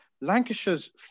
Lancashire's